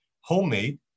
homemade